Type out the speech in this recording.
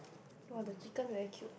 !wah! the chicken very cute